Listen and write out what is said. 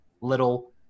little